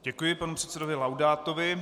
Děkuji panu předsedovi Laudátovi.